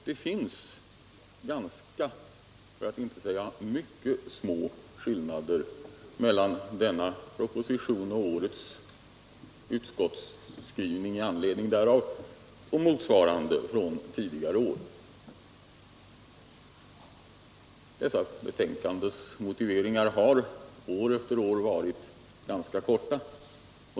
Det finns mycket små skillnader mellan denna proposition och årets utskottsskrivning i anledning därav och motsvarande från tidigare år. Dessa betänkandens motiveringar har år efter år varit ganska korta.